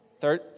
Third